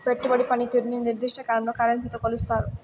పెట్టుబడి పనితీరుని నిర్దిష్ట కాలంలో కరెన్సీతో కొలుస్తారు